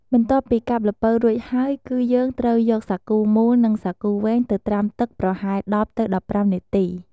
បន្ទាប់់ពីកាប់ល្ពៅរួចហើយ គឺយើងត្រូវយកសាគូមូល និងសាគូវែងទៅត្រាំទឹកប្រហែល ១០ ទៅ ១៥ នាទី។